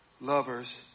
lovers